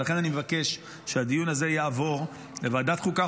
ולכן אני מבקש שהדיון הזה יעבור לוועדת החוקה,